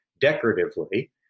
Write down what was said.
decoratively